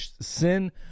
sin